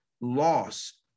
loss